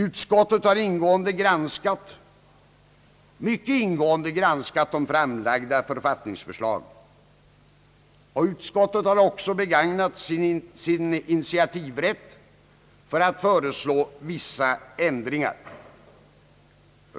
Utskottet har mycket ingående granskat de framlagda författningsförslagen och har också begagnat sin initiativrätt för att föreslå vissa ändringar.